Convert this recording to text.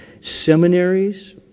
seminaries